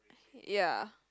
ya